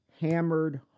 hammered